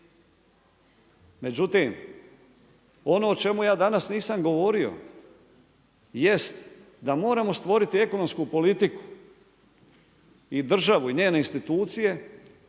Međutim, ono o čemu ja danas nisam govorio, jest da moramo stvoriti ekonomsku politiku i državu i njene institucije